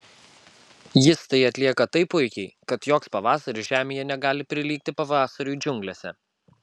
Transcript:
jis tai atlieka taip puikiai kad joks pavasaris žemėje negali prilygti pavasariui džiunglėse